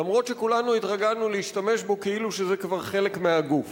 אף-על-פי שכולנו התרגלנו להשתמש בו כאילו שזה כבר חלק מהגוף,